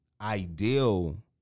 ideal